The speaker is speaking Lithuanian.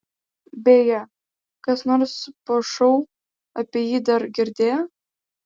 beje kas nors po šou apie jį dar girdėjo